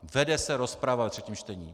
Vede se rozprava ve třetím čtení.